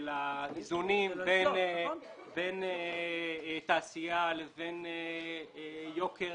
של האיזונים בין תעשייה לבין יוקר